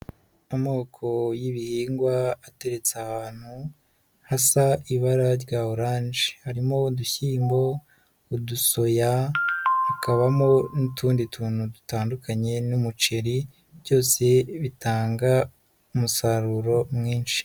Amoko y'ibihingwa ateretse ahantu hasa ibara rya oranje, harimo udushyimbo, udusoya, hakabamo n'utundi tuntu dutandukanye n'umuceri byose bitanga umusaruro mwinshi.